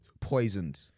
poisoned